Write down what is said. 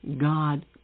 God